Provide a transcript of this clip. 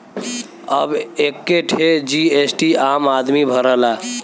अब एक्के ठे जी.एस.टी आम आदमी भरला